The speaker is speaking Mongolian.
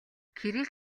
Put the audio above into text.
кирилл